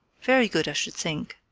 very good, i should think,